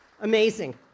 amazing